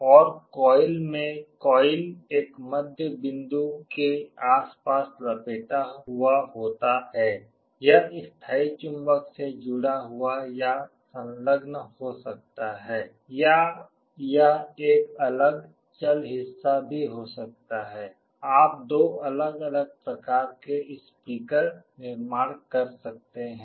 और कॉइल में कॉइल एक मध्य बिंदु के आसपास लपेटा हुआ होता है यह स्थायी चुंबक से जुड़ा हुआ या संलग्न हो सकता है या यह एक अलग चल हिस्सा भी हो सकता है आप दो अलग अलग प्रकार के स्पीकर निर्माण कर सकते हैं